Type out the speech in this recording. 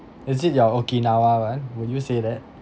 is it your okinawa one would you say that